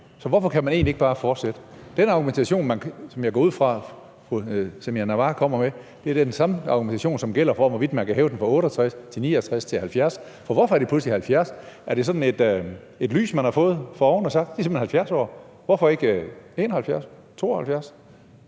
så hvorfor kan man egentlig ikke bare fortsætte? Den argumentation, som jeg går ud fra at fru Samira Nawa kommer med, er da den samme argumentation, som gælder for, hvorvidt man kan hæve den fra 68 til 69 og til 70 år. For hvorfor er det pludselig 70 år? Er det sådan, at man har set et lys fra oven og har sagt, at det skulle være 70 år? Hvorfor ikke 71